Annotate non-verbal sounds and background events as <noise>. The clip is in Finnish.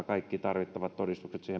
<unintelligible> kaikki tarvittavat todistukset <unintelligible>